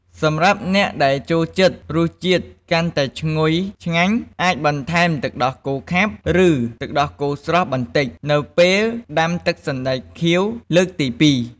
សម្រាប់អ្នកដែលចូលចិត្តរសជាតិកាន់តែឈ្ងុយឆ្ងាញ់ អាចបន្ថែមទឹកដោះគោខាប់ ឬទឹកដោះគោស្រស់បន្តិច នៅពេលដាំទឹកសណ្ដែកខៀវលើកទីពីរ។